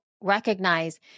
recognize